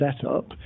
setup